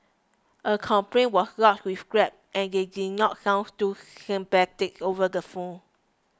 a complaint was lodged with Grab and they did not sounds too sympathetic over the phone